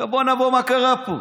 עכשיו, בואו נעבור מה קרה פה.